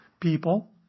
people